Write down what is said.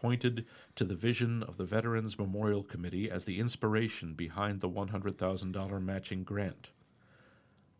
pointed to the vision of the veterans memorial committee as the inspiration behind the one hundred thousand dollar matching grant